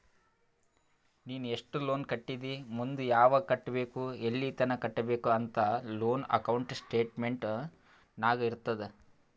ನೀ ಎಸ್ಟ್ ಲೋನ್ ಕಟ್ಟಿದಿ ಮುಂದ್ ಯಾವಗ್ ಕಟ್ಟಬೇಕ್ ಎಲ್ಲಿತನ ಕಟ್ಟಬೇಕ ಅಂತ್ ಲೋನ್ ಅಕೌಂಟ್ ಸ್ಟೇಟ್ಮೆಂಟ್ ನಾಗ್ ಇರ್ತುದ್